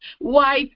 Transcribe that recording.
wife